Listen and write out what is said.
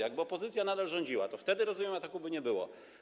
Jakby opozycja nadal rządziła, to wtedy, jak rozumiem, ataku by nie było.